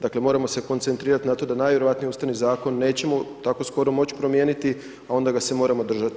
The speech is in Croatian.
Dakle, moramo se koncentrirat na to da najvjerojatnije Ustavni zakon nećemo tako skoro moć' promijeniti, a onda ga se moramo držati.